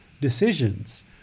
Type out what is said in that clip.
decisions